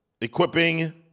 Equipping